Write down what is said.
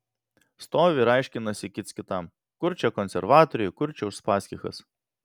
stovi ir aiškinasi kits kitam kur čia konservatoriai kur čia uspaskichas